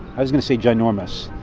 i was gonna say ginormous.